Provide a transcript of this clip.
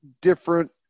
different